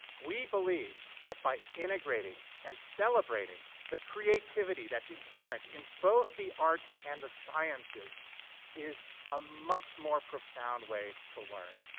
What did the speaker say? we believe that by integrating and celebrating the creativity that's inherent in both the arts and the sciences is a much more profound way to learn.